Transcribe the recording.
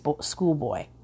schoolboy